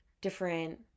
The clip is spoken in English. different